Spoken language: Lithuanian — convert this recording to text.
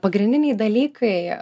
pagrindiniai dalykai